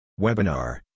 Webinar